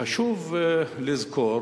חשוב לזכור